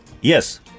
yes